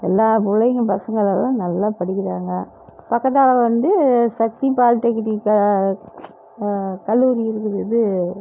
எல்லா பிள்ளைங்க பசங்களெலாம் நல்லா படிக்கிறாங்க பக்கத்துல வந்து சக்தி பால்டெக்னிக் கல்லூரி இருக்குது இது